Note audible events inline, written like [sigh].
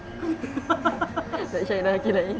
nak cari lelaki like me [laughs]